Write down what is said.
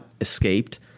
escaped